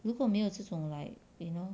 如果没有这种 like you know